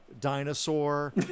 dinosaur